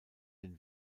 den